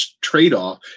trade-off